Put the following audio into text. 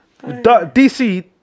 DC